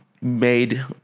made